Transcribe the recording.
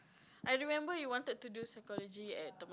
I remember you wanted to do psychology at Tema